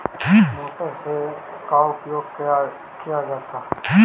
Motor से का उपयोग क्या जाता है?